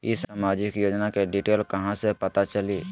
ई सामाजिक योजना के डिटेल कहा से पता चली?